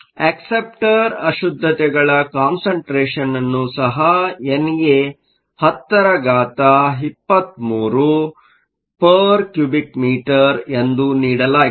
acceptor ಅಶುದ್ದತೆಗಳ concentration ಅನ್ನು ಸಹ NA 1023 m 3 ಎಂದು ನೀಡಲಾಗಿದೆ